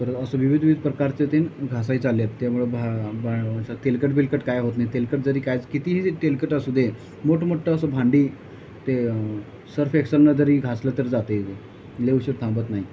तर असं विविध विविध प्रकारचे ते घासायचं आले आहेत त्यामुळे भा भा तेलकट बिलकट काय होत नाही तेलकट जरी काय कितीही तेलकट असू दे मोठमोठं असं भांडी ते सर्फ एक्सलनं जरी घासलं तर जात आहे ते लई उशीर थांबत नाही